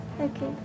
Okay